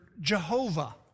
Jehovah